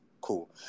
Cool